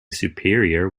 superior